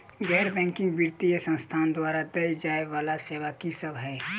गैर बैंकिंग वित्तीय संस्थान द्वारा देय जाए वला सेवा की सब है?